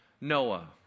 Noah